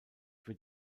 wird